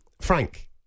Frank